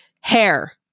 Hair